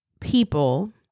people